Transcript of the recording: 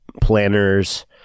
planners